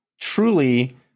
truly